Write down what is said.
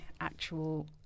actual